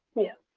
yeah,